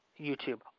YouTube